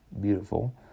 beautiful